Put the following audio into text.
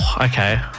Okay